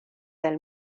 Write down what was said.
del